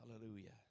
Hallelujah